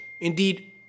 Indeed